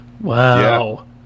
Wow